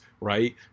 right